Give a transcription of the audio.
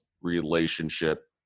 relationship